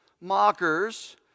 mockers